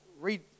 read